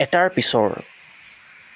এটাৰ পিছৰ